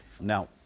Now